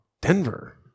Denver